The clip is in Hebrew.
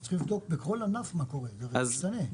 צריך לבדוק בכל ענף מה קורה זה הרי משתנה.